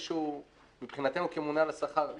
מבחינתנו כממונה על השכר,